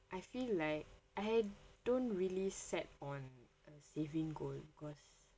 I feel like I don't really set on a saving goal because